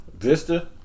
Vista